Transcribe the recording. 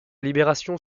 libération